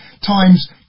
times